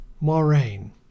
Moraine